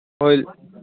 ꯍꯣꯏ